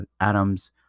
Adam's